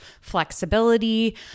flexibility